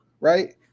right